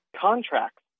contracts